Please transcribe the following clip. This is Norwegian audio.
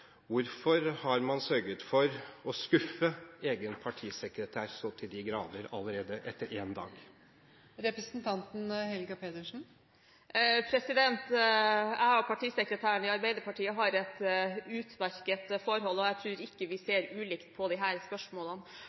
Hvorfor har man sørget for å skuffe egen partisekretær så til de grader allerede etter én dag? Jeg og partisekretæren i Arbeiderpartiet har et utmerket forhold, og jeg tror ikke vi ser ulikt på disse spørsmålene.